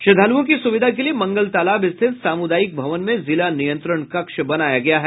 श्रद्धालुओं की सुविधा के लिए मंगल तालाब स्थित सामुदायिक भवन में जिला नियंत्रण कक्ष बनाया गया है